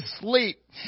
sleep